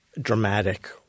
dramatic